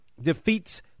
defeats